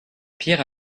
pierre